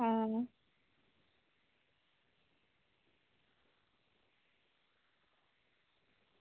हां